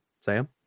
Sam